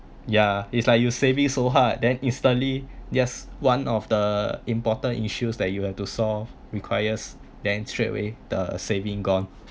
ya it's like you saving so hard then instantly yes one of the important issues that you have to solve requires then straight away the saving gone